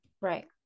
right